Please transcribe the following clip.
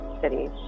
cities